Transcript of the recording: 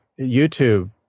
YouTube